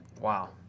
Wow